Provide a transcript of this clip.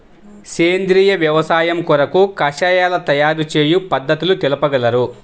సేంద్రియ వ్యవసాయము కొరకు కషాయాల తయారు చేయు పద్ధతులు తెలుపగలరు?